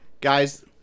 Guys